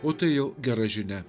o tai jau gera žinia